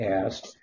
asked